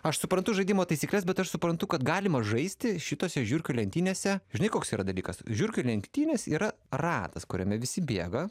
aš suprantu žaidimo taisykles bet aš suprantu kad galima žaisti šitose žiurkių lenktynėse žinai koks yra dalykas žiurkių lenktynės yra ratas kuriame visi bėga